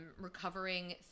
recovering